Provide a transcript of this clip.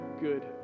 good